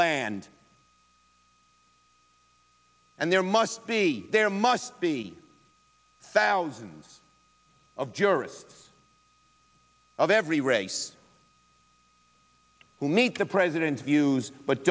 land and there must be there must be thousands of jurists of every race who meet the president's views but